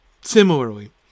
Similarly